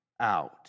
out